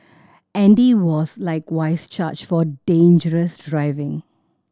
Andy was likewise charged for dangerous driving